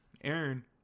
Aaron